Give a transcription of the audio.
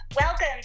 Welcome